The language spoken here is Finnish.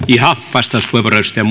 puhemies edustaja